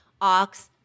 ox